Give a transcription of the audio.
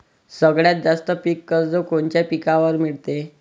सगळ्यात जास्त पीक कर्ज कोनच्या पिकावर मिळते?